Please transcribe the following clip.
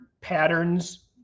patterns